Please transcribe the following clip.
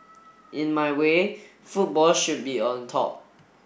in my way football should be on top